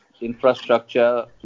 infrastructure